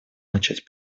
начать